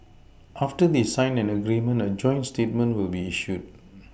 after they sign an agreement a joint statement will be issued